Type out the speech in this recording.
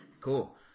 Cool